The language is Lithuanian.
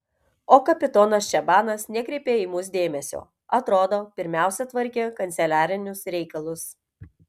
o kapitonas čabanas nekreipė į mus dėmesio atrodo pirmiausia tvarkė kanceliarinius reikalus